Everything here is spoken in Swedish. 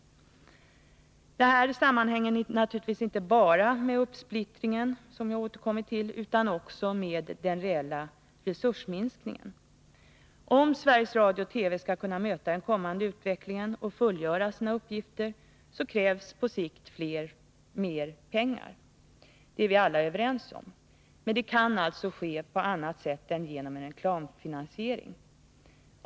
Denna utveckling sammanhänger naturligtvis inte bara med uppsplittringen, som jag återkommer till, utan också med den reella resursminskningen. Om Sveriges Radio-TV skall kunna möta den kommande utvecklingen och kunna fullgöra sina uppgifter, krävs på sikt mer pengar. Så långt tror jag att vi alla är överens, men pengarna måste tas fram på annat sätt än genom reklamfinansiering.